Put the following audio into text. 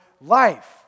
life